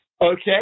Okay